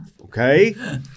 Okay